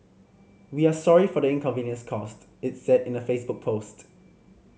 we are sorry for the inconvenience caused it said in a Facebook post